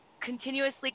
Continuously